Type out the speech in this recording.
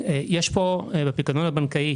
יש פה בפיקדון הבנקאי